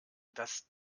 dass